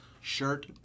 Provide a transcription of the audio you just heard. Shirt